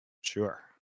Sure